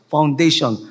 Foundation